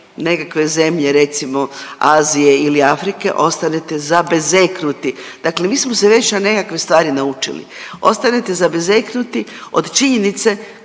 nekakve zemlje, recimo Azije ili Afrike, ostanete zabezeknuti, dakle mi smo se već na nekakve stvari naučili, ostanete zabezeknuti od činjenice